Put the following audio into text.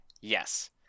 Yes